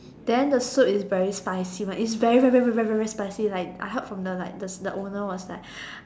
then the soup is very spicy one it's very very very very very spicy like I heard from the like the owner was like